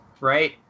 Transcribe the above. right